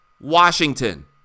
Washington